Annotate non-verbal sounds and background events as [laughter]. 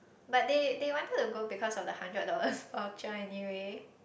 but they they wanted to go because of the hundred dollars [breath] voucher anyway